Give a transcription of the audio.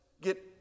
get